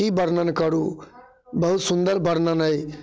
की वर्णन करू बहुत सुन्दर वर्णन अइ